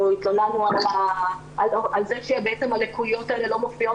התלוננו על זה שהלקויות האלה לא מופיעות